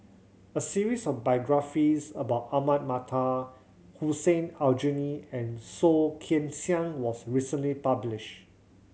a series of biographies about Ahmad Mattar Hussein Aljunied and Soh Kan Siang was recently published